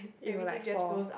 it will like fall